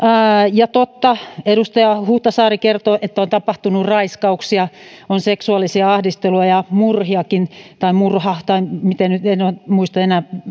ja totta edustaja huhtasaari kertoi että on tapahtunut raiskauksia on seksuaalista ahdistelua ja murhiakin tai murha en muista enää